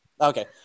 Okay